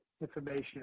information